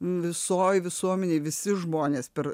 visoj visuomenėj visi žmonės per